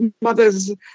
mother's